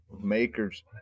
makers